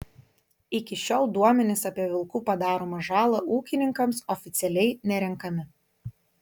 iki šiol duomenys apie vilkų padaromą žalą ūkininkams oficialiai nerenkami